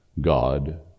God